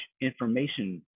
information